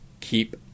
keep